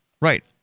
Right